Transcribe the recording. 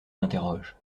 m’interroge